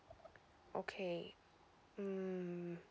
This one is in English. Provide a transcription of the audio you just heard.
okay hmm